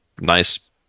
nice